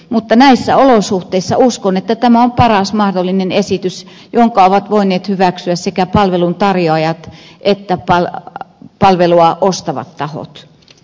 mutta näissä olosuhteissa uskon että tämä on paras mahdollinen esitys jonka ovat voineet hyväksyä sekä palveluntarjoa jat että palvelua ostavat tahot